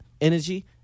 energy